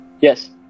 yes